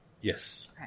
yes